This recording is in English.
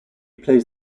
plays